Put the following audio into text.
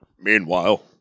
Meanwhile